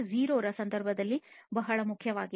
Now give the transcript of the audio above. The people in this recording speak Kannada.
0 ರ ಸಂದರ್ಭದಲ್ಲಿ ಇದು ಬಹಳ ಮುಖ್ಯವಾಗಿದೆ